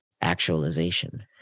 actualization